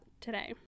today